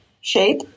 shape